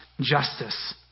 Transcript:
justice